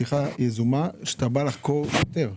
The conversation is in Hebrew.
פתיחה יזומה, כשאתה בא לחקור שוטר?